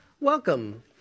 Welcome